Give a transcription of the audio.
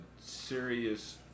serious